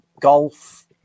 golf